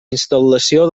instal·lació